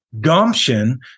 gumption